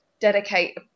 dedicate